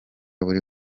buri